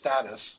status